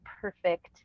perfect